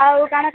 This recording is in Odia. ଆଉ କ'ଣ